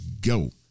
go